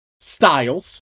styles